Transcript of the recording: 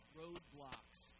roadblocks